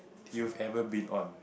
you've ever been on